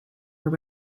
were